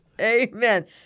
Amen